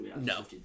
No